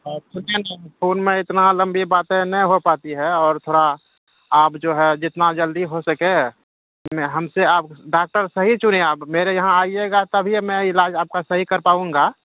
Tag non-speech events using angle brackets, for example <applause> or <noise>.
<unintelligible> phone میں اتنا لمبی باتیں نہیں ہو پاتی ہے اور تھوڑا آپ جو ہے جتنا جلدی ہو سکے ہم سے آپ ڈاکٹر صحیح چنیں آپ میرے یہاں آئیے گا تبھی میں علاج آپ کا صحیح کر پاؤں گا